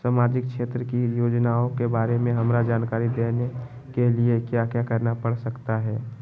सामाजिक क्षेत्र की योजनाओं के बारे में हमरा जानकारी देने के लिए क्या क्या करना पड़ सकता है?